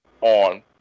on